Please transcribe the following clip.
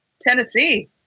Tennessee